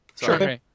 Sure